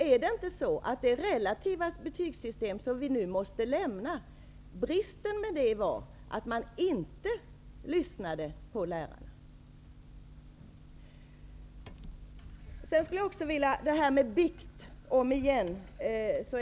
Bristen hos det relativa betygssystem som vi nu måste lämna var att man inte lyssnade till lärarna. Så det här med bikt, om igen.